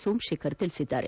ಸೋಮಶೇಖರ್ ಹೇಳಿದ್ದಾರೆ